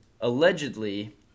allegedly